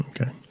Okay